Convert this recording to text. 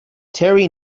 terry